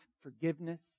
forgiveness